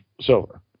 silver